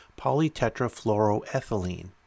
polytetrafluoroethylene